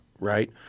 Right